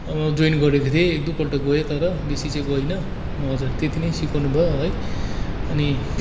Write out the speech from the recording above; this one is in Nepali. अब जोइन गरेको थिएँ एक दुईपल्ट गएँ तर बेसी चाहिँ गइनँ हजुर त्यति नै सिकाउनु भयो है अनि